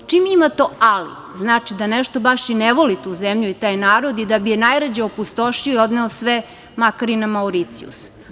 Čim ima to „ali“ znači da nešto baš i ne voli tu zemlju i taj narod i da bi je najrađe opustošio i odneo sve, makar i na Mauricijus.